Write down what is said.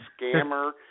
scammer